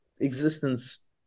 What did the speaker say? existence